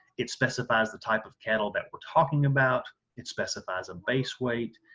it specifies the type of cattle that we're talking about, it specifies a base weight,